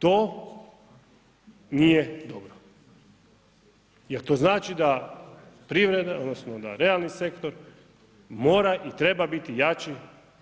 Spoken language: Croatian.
To nije dobro jer to znači da privreda odnosno da realni sektor, mora i treba biti jači